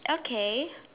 okay